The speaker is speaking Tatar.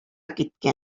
киткән